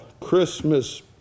Christmas